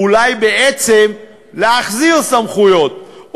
או אולי בעצם להחזיר סמכויות,